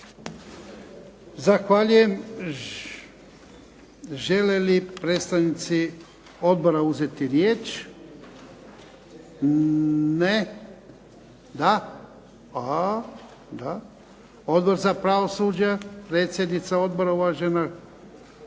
Zahvaljujem. Žele li predstavnici odbora uzeti riječ? Ne. Da. Odbor za pravosuđe, predsjednica odbora uvažena